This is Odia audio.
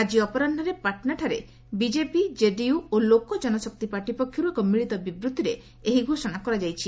ଆଜି ଅପରାହ୍ୱରେ ପାଟନାଠାରେ ବିକେପି କେଡିୟୁ ଓ ଲୋକ ଜନଶକ୍ତି ପାର୍ଟି ପକ୍ଷରୁ ଏକ ମିଳିତ ବିବୃତ୍ତିରେ ଏହି ଘୋଷଣା କରାଯାଇଛି